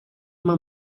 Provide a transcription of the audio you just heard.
mam